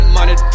Money